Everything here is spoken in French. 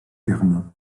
thermes